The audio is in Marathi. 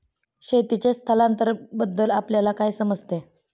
शेतीचे स्थलांतरबद्दल आपल्याला काय समजते?